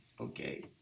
Okay